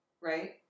Right